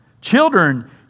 Children